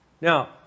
Now